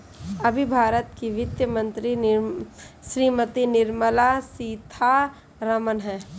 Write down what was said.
अभी भारत की वित्त मंत्री श्रीमती निर्मला सीथारमन हैं